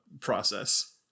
process